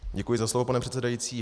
Děkuji za slovo, pane předsedající.